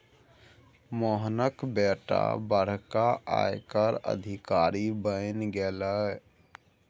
मोहनाक बेटा बड़का आयकर अधिकारी बनि गेलाह